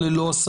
לאור פסק הדין,